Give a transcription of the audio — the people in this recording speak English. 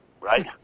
right